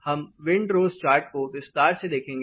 हम wind rose chart को विस्तार से देखेंगे